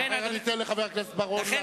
אחרת ניתן לחבר הכנסת בר-און להשיב.